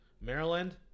Maryland